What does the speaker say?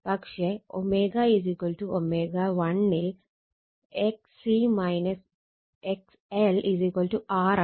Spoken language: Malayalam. പക്ഷെ ω ω1 ൽ XC XL R ആണ്